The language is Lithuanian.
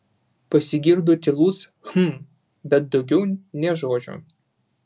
pasigirdo tylus hm bet daugiau nė žodžio